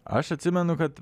aš atsimenu kad